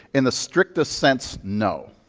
in the strictest sense, no.